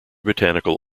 botanical